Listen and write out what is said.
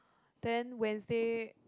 then Wednesday